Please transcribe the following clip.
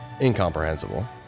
incomprehensible